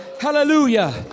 Hallelujah